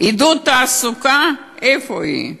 עידוד תעסוקה, איפה היא?